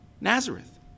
Nazareth